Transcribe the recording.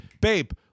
babe